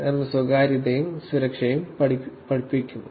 M സ്വകാര്യതയും സുരക്ഷയും പഠിപ്പിക്കുന്നു